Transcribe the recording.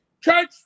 church